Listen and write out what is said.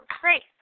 Great